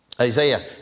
Isaiah